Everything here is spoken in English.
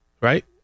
Right